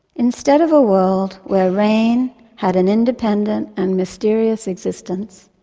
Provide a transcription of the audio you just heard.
instead of a world where rain had an independent and mysterious existence,